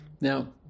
Now